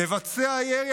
מבצע הירי,